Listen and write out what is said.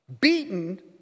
beaten